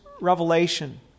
revelation